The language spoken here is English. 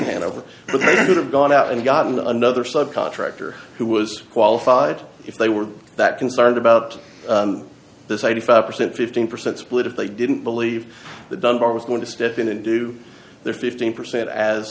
over have gone out and gotten another sub contractor who was qualified if they were that concerned about this eighty five percent fifteen percent split if they didn't believe that dunbar was going to step in and do their fifteen percent as